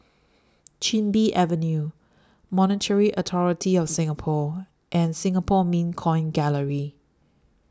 Chin Bee Avenue Monetary Authority of Singapore and Singapore Mint Coin Gallery